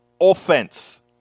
offense